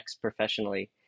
professionally